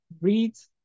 Reads